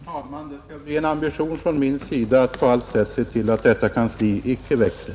Fru talman! Det skall bli en ambition från min sida att se till att detta kansli icke växer.